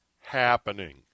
happening